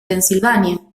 pensilvania